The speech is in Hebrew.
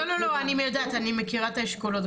לא, לא, אני יודעת אני מכירה את האשכולות.